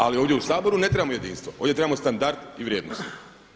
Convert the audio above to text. Ali ovdje u Saboru ne trebamo jedinstvo, ovdje trebamo standard i vrijednosti.